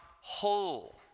whole